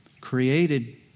created